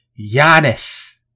Giannis